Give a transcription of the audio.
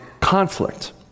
conflict